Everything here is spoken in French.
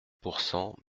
pourcent